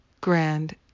grand